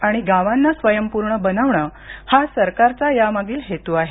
आणि गावांना स्वयपूर्ण बनवणं हा सरकारचा या मागील हेतू आहे